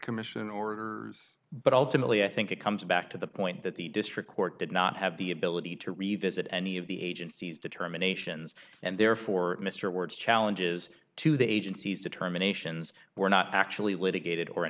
commission orders but ultimately i think it comes back to the point that the district court did not have the ability to revisit any of the agency's determinations and therefore mr ward's challenges to the agency's determinations were not actually litigated or a